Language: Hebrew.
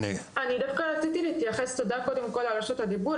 אני מנכ"ל התאחדות מעונות היום הפרטיים.